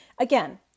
Again